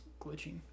glitching